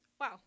Wow